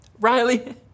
riley